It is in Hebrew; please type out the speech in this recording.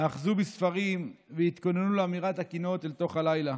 אחזו בספרים והתכוננו לאמירת הקינות אל תוך הלילה,